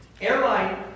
airline